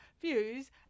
Views